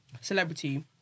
Celebrity